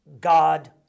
God